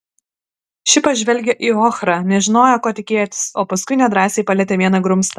ši pažvelgė į ochrą nežinojo ko tikėtis o paskui nedrąsiai palietė vieną grumstą